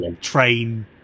train